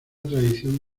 tradición